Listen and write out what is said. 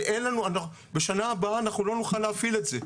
אין לנו, בשנה הבאה אנחנו לא נוכל להפעיל את זה.